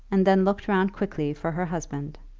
and then looked round quickly for her husband.